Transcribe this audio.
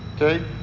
Okay